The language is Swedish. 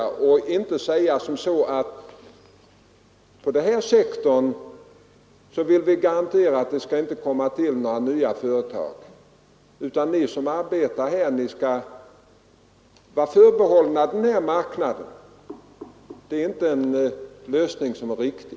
Vi kan inte säga att inom den här sektorn kan vi garantera att det inte skall komma till några nya företag, att ni som är etablerade här skall vara förebehållna den här marknaden. Det är inte en riktig lösning.